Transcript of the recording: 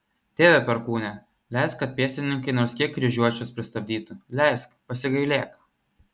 tėve perkūne leisk kad pėstininkai nors kiek kryžiuočius pristabdytų leisk pasigailėk